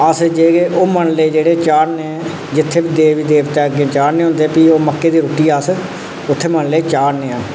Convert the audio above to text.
अस जेहड़े ओह् मतलब ऐ जेह्के चाढ़ने जित्थै बी देवी देवते अग्गें चाढ़ने होंदे भी ओह् मक्कें दी रुट्टी अस उत्थै मतलब चाढ़ने आं